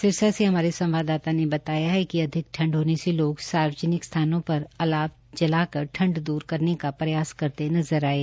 सिरसा से हमारे संवाददाता ने बताया कि अधिक ठंड होने से लोग सार्वजनिक स्थानों पर अलाव जलाकर ठंड दूर करने का प्रयास करते नज़र आये